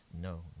no